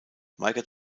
weigert